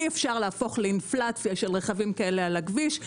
אי אפשר להפוך לאינפלציה של רכבים כאלה על הכביש,